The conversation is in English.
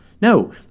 No